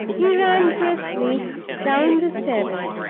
he ran briskly down the steps,